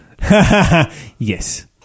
Yes